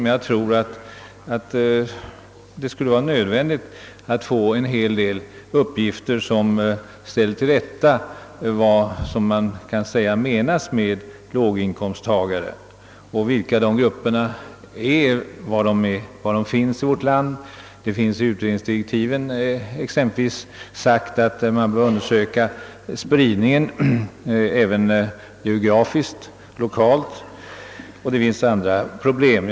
Det är enligt min mening nödvändigt att få en hel del uppgifter, som ställer till rätta vad som kan menas med låginkomsttagare, vilka grupper de är och var de finns i vårt land. Det finns i utredningsdirektiven exempelvis uttalat att man bör undersöka även den geografiska spridningen av de grupper det här gäller. Det finns också andra problem.